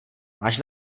máš